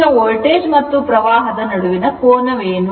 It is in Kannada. ಈಗ ವೋಲ್ಟೇಜ್ ಮತ್ತು ಪ್ರವಾಹದ ನಡುವಿನ ಕೋನ ಏನು